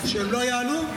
שלא יעלו?